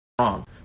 wrong